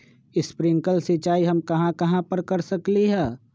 Sprinkle सिंचाई हम कहाँ कहाँ कर सकली ह?